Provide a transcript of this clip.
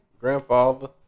grandfather